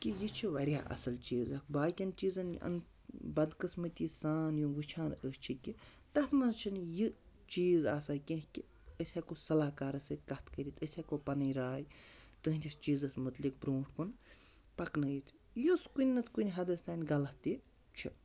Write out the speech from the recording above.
کہِ یہِ چھُ واریاہ اَصٕل چیٖز اَکھ باقٕیَن چیٖزَن بَدقٕسمتی سان یِم وٕچھان أسۍ چھِ کہِ تَتھ منٛز چھِنہٕ یہِ چیٖز آسان کینٛہہ کہِ أسۍ ہٮ۪کو صلاح کارَس سۭتۍ کَتھ کٔرِتھ أسۍ ہٮ۪کو پَنٕنۍ راے تُہٕنٛدِس چیٖزَس متعلق برونٛٹھ کُن پَکنٲیِتھ یُس کُنہِ نَتہٕ کُنہِ حدس تانۍ غلط تہِ چھُ